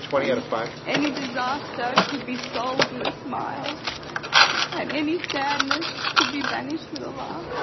and any disaster could be solved with a smile and any sadness could be banished with a laugh.